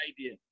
idea